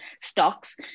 stocks